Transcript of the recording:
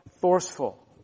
Forceful